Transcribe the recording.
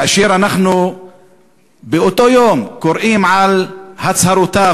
כאשר אנחנו באותו יום קוראים על הצהרותיו